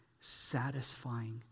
satisfying